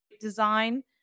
design